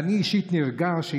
אני אישית נרגש,